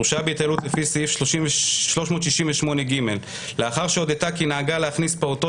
הורשעה בהתעללות לפי סעיף 368ג לאחר שהודתה כי נהגה להכניס פעוטות